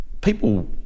people